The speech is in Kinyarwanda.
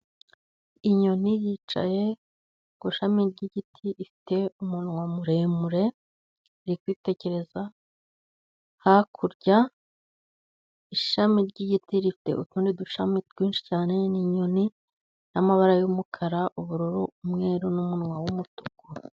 Inyoni yicaye ku ishami ry'igiti, ifite umunwa muremure, iri kwitegereza hakurya, ishami ry'igiti rifite utundi dushami twinshi cyane, ni inyoni y'amabara y'umukara, ubururu n’umweru n'umunwa w'umutuku.